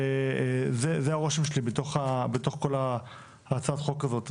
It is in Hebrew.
וזה הרושם שלי בתוך כל הצעת החוק הזאת.